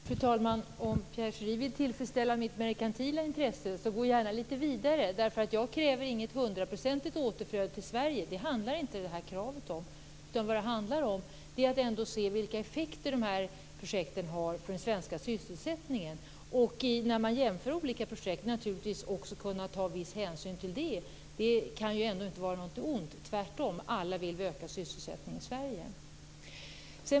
Fru talman! Om Pierre Schori vill tillfredsställa mitt merkantila intresse får han gärna gå litet vidare. Jag kräver inte något hundraprocentigt återflöde till Sverige. Kravet handlar inte om det. Det handlar om att se vilka effekter projekten har för den svenska sysselsättningen och om att, när man jämför olika projekt, naturligtvis också kunna ta viss hänsyn till det. Det kan ju ändå inte vara något ont, tvärtom. Alla vill vi öka sysselsättningen i Sverige.